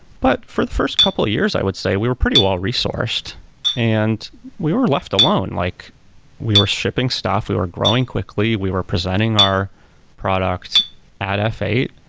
but for the first couple of years, i would say we were pretty well-resourced and we were left alone like we were shipping stuff. we were growing quickly. we were presenting our product at f eight.